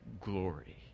glory